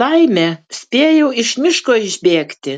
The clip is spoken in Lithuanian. laimė spėjau iš miško išbėgti